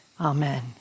Amen